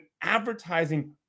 advertising